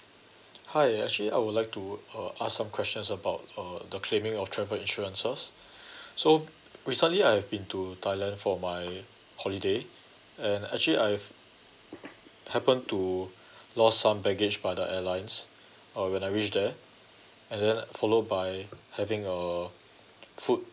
hi actually I would like to uh ask some questions about uh the claiming of travel insurances so recently I've been to thailand for my holiday and actually I've happened to lost some baggage by the airlines uh when I reach there and then followed by having a food